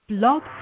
blog